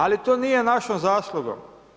Ali, to nije našom zaslugom.